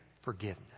forgiveness